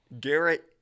Garrett